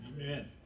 Amen